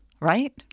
Right